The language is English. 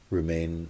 Remain